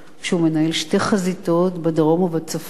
כשהוא מנהל שתי חזיתות, בדרום ובצפון.